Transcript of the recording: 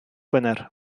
wener